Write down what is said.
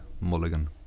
Mulligan